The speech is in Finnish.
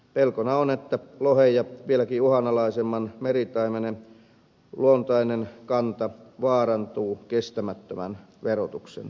pelkona on että lohen ja vieläkin uhanalaisemman meritaimenen luontainen kanta vaarantuu kestämättömän verotuksen vuoksi